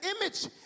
image